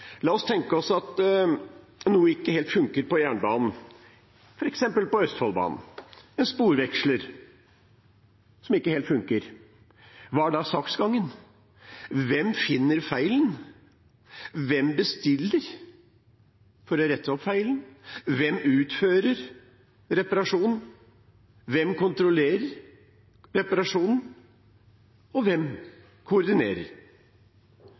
La oss tenke oss at noe ikke helt funker på jernbanen, f.eks. på Østfoldbanen, f.eks. en sporveksler som ikke helt funker. Hva er da saksgangen? Hvem finner feilen, hvem bestiller for å rette opp feilen, hvem utfører reparasjonen, hvem kontrollerer reparasjonen, og hvem koordinerer?